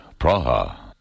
Praha